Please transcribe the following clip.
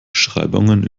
beschreibungen